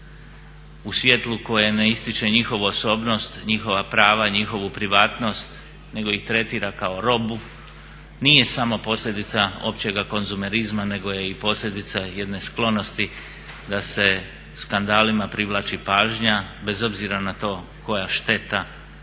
u svjetlu koje ne ističe njihovu osobnost, njihova prava, njihovu privatnost nego ih tretira kao robu nije samo posljedica općeg konzumerizma nego je i posljedica jedne sklonosti da se skandalima privlači pažnja, bez obzira na to koja šteta